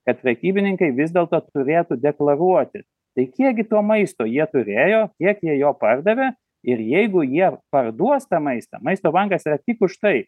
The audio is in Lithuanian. kad prekybininkai vis dėlto turėtų deklaruoti tai kiekgi to maisto jie turėjo kiek jie jo pardavė ir jeigu jie parduos tą maistą maisto bankas yra tik už tai